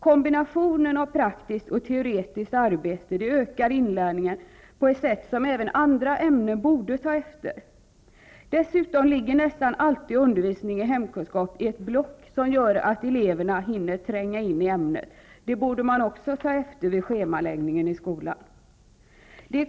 Kombinationen av praktiskt och teoretiskt arbete förbättrar inlärningen på ett sätt som man borde ta efter i andra ämnen. Dessutom ligger undervisning i hemkunskap i ett block, vilket gör att eleverna hinner tränga in i ämnet. Också detta borde man ta efter vid schemaläggningen i skolan.